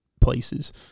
places